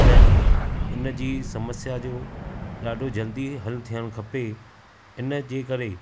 त उन जी समस्या जो ॾाढो जल्दी हलु थियणु खपे इन जे करे